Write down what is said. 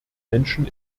menschen